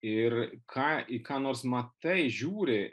ir ką į ką nors matai žiūri